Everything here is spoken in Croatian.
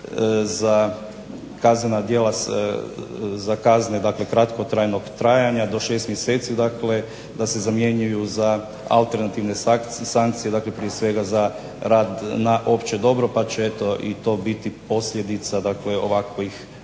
dakle kratkotrajnog trajanja do 6 mjeseci da se zamjenjuju alternativne sankcije prije svega za rad na opće dobro, pa će i to biti posljedica ovakvog